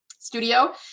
studio